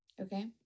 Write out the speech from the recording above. Okay